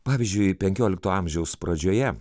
pavyzdžiui penkiolikto amžiaus pradžioje